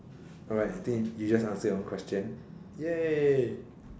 alright I think you just answered your own question ya